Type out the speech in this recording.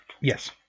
Yes